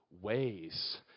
ways